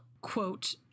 quote